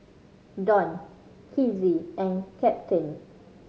Donn Kizzy and Captain